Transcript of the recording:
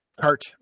cart